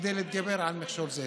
כדי להתגבר על מכשול זה.